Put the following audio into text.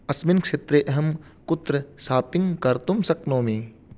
अस्मिन् क्षेत्रे अहं कुत्र सापिङ्ग् कर्तुं शक्नोमि